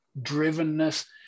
drivenness